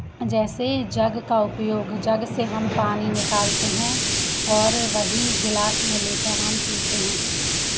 जैसे जग का उपयोग जग से हम पानी निकालते हैं और वही गिलास में ले कर हम पीते हैं